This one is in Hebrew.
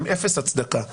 עם אפס הצדקה.